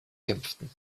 kämpften